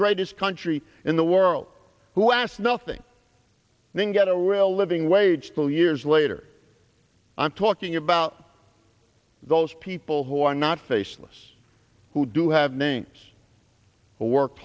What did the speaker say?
greatest country in the world who asked nothing and then got a real living wage two years later i'm talking about those people who are not faceless who do have names who worked